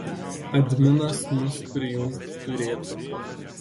adminas mus prijungt turėtų